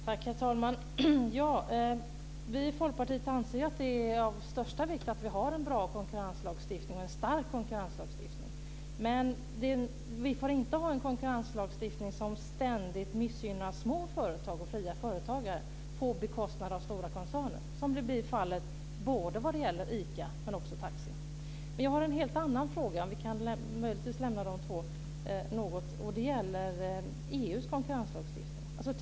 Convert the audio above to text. Herr talman! Vi i Folkpartiet anser att det är av största vikt att vi har en bra och stark konkurrenslagstiftning. Men vi får inte ha en konkurrenslagstiftning som ständigt missgynnar små företag och fria företagare på bekostnad av stora koncerner, som blir fallet vad det gäller både ICA och taxiföretagen. Men om vi kan lämna det här något har jag en helt annan fråga. Den gäller EU:s konkurrenslagstiftning.